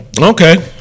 Okay